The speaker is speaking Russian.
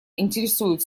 интересует